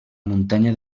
muntanya